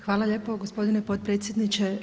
Hvala lijepo gospodine potpredsjedniče.